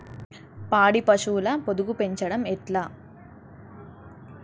పాడి పశువుల పొదుగు పెంచడం ఎట్లా?